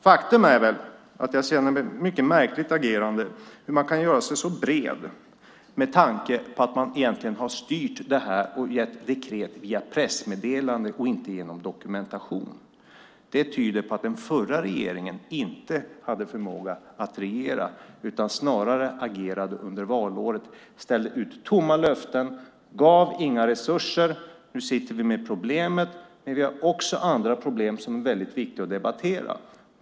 Faktum är att det är ett mycket märkligt agerande att göra sig så bred med tanke på att man egentligen har styrt det här och gett dekret via pressmeddelande och inte genom dokumentation. Det tyder på att den förra regeringen inte hade förmåga att regera, utan snarare agerade under valåret. Den ställde ut tomma löften och gav inga resurser. Nu sitter vi med problemet. Men vi har också andra problem som är viktiga att debattera.